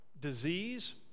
disease